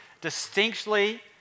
distinctly